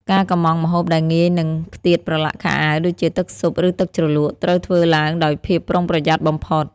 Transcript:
ការកម្ម៉ង់ម្ហូបដែលងាយនឹងខ្ទាតប្រឡាក់ខោអាវ ដូចជាទឹកស៊ុប ឬទឹកជ្រលក់ ត្រូវធ្វើឡើងដោយភាពប្រុងប្រយ័ត្នបំផុត។